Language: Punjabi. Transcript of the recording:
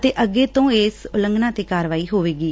ਅਤੇ ਅੱਗੇ ਤੋਂ ਇਸ ਉਲੰਘਣਾ ਤੇ ਕਾਰਵਾਈ ਹੋਵੇਗੀ